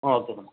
okay madam